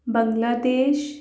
بنگلہ دیش